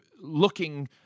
looking